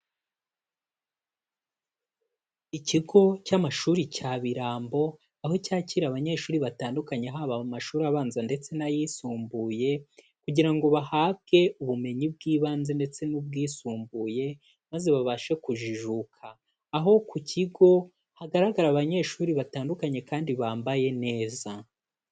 Ikigo cy'amashuri cya Birambo, aho cyakira abanyeshuri batandukanye haba mu mashuri abanza ndetse n'ayisumbuye, kugira ngo bahabwe ubumenyi bw'ibanze ndetse n'ubwisumbuye maze babashe kujijuka. Aho ku kigo hagaragara abanyeshuri batandukanye kandi bambaye neza.